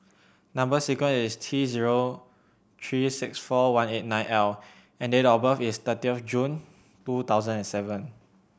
number sequence is T zero three six four one eight nine L and date of birth is thirtieth of June two thousand and seven